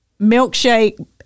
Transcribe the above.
milkshake